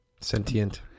Sentient